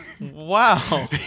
Wow